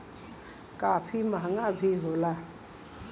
काफी महंगा भी होला